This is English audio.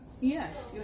Yes